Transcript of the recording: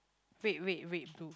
red red red blue